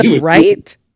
Right